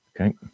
Okay